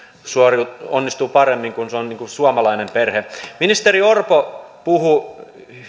onnistuu paremmin kun se on suomalainen perhe ministeri orpo puhui